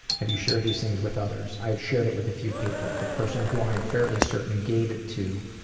have you shared these things with others? i've shared it with a few people. the person who i am fairly certain gave it to,